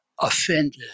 offended